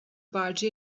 barge